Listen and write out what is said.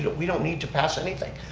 but we don't need to pass anything.